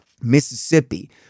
Mississippi